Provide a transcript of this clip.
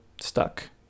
stuck